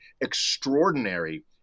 extraordinary